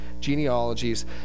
genealogies